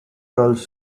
girls